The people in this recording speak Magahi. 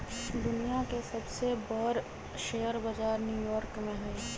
दुनिया के सबसे बर शेयर बजार न्यू यॉर्क में हई